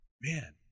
Man